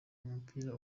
mupira